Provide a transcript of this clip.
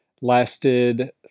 lasted